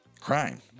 crime